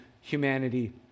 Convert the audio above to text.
humanity